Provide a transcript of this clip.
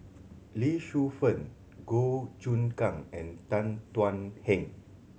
Lee Shu Fen Goh Choon Kang and Tan Thuan Heng